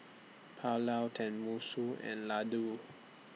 Pulao Tenmusu and Ladoo